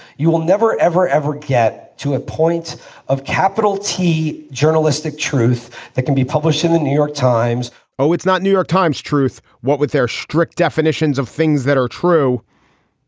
you will never, ever, ever get to a point of capital t. journalistic truth that can be published in the new york times oh, it's not new york times truth. what would their strict definitions of things that are true?